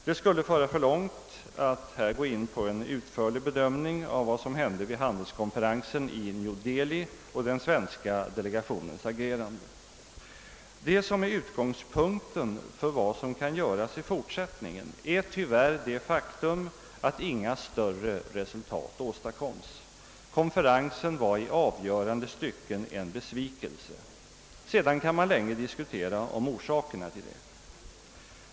Det skulle föra för långt att här gå in på en utförlig bedömning av vad som hände vid handelskonferensen i New Dehli och den svenska delegationens agerande. Utgångspunkten för vad som kan göras i fortsättningen är tyvärr det faktum, att inga större resultat åstadkoms. Konferensen var i avgörande stycken en besvikelse. Man kan länge diskutera orsakerna därtill.